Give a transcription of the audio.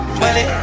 money